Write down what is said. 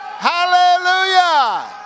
Hallelujah